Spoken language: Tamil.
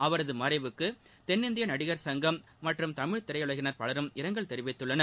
அவரது மறைவுக்கு தென்னிந்திய நடிகர் சங்கம் மற்றும் தமிழ் திரையுலகினர் பலரும் இரங்கல் தெரிவித்துள்ளனர்